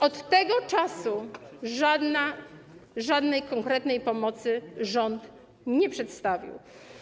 Od tego czasu żadnej konkretnej pomocy rząd nie przedstawił.